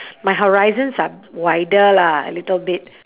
my horizons are wider lah a little bit